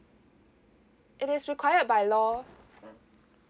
it is required by law